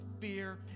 fear